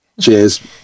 Cheers